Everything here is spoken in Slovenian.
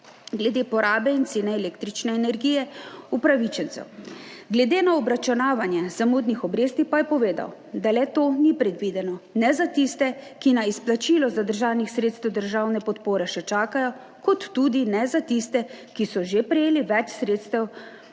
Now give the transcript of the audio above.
glede porabe in cene električne energije upravičencev. Glede na obračunavanje zamudnih obresti pa je povedal, da le-to ni predvideno ne za tiste, ki na izplačilo zadržanih sredstev državne podpore še čakajo, kot tudi ne za tiste, ki so že prejeli več sredstev,